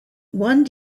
one